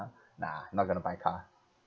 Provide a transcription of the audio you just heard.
ah nah not going to buy car